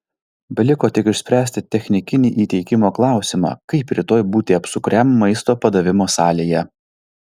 beliko tik išspręsti technikinį įteikimo klausimą kaip rytoj būti apsukriam maisto padavimo salėje